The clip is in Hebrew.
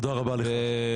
הכנה.